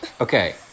Okay